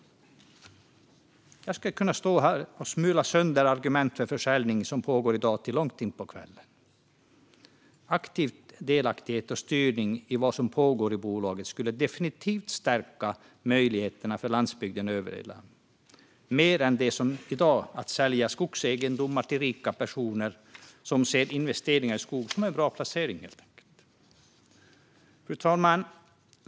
Jag skulle kunna stå här till långt in på kvällen och smula sönder argument för den försäljning som pågår i dag. Aktiv delaktighet i och styrning av vad som pågår i bolaget skulle definitivt stärka möjligheterna för landsbygdens överlevnad, mer än man gör i dag genom att sälja skogsegendomar till rika personer som helt enkelt ser investering i skog som en bra placering. Fru talman!